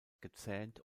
gezähnt